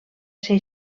ser